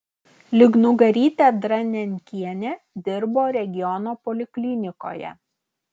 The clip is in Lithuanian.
lygnugarytė dranenkienė dirbo regiono poliklinikoje